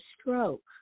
stroke